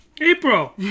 April